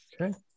Okay